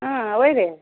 ಹಾಂ ಒಯ್ಯಿರಿ